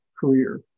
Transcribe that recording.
career